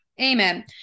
Amen